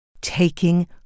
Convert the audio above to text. Taking